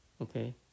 Okay